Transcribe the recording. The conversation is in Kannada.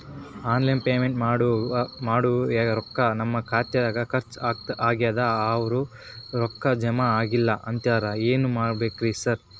ಆನ್ಲೈನ್ ಪೇಮೆಂಟ್ ಮಾಡೇವಿ ರೊಕ್ಕಾ ನಮ್ ಖಾತ್ಯಾಗ ಖರ್ಚ್ ಆಗ್ಯಾದ ಅವ್ರ್ ರೊಕ್ಕ ಜಮಾ ಆಗಿಲ್ಲ ಅಂತಿದ್ದಾರ ಏನ್ ಮಾಡ್ಬೇಕ್ರಿ ಸರ್?